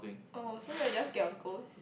oh so you're just scared of ghost